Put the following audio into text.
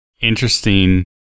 interesting